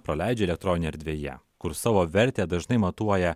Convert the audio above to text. praleidžia elektroninėje erdvėje kur savo vertę dažnai matuoja